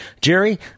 Jerry